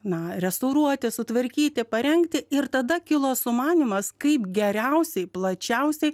na restauruoti sutvarkyti parengti ir tada kilo sumanymas kaip geriausiai plačiausiai